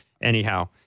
anyhow